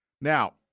Now